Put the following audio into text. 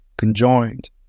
conjoined